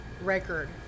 record